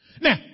Now